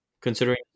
Considering